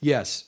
Yes